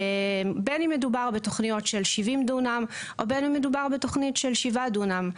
בין אם מדובר בתוכניות של 70 דונם או בין אם מדובר בתוכנית של 7 דונם,